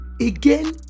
Again